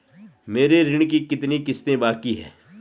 मेरे ऋण की कितनी किश्तें बाकी हैं?